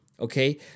Okay